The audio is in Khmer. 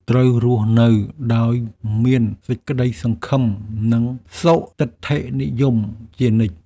ត្រូវរស់នៅដោយមានសេចក្តីសង្ឃឹម និងសុទិដ្ឋិនិយមជានិច្ច។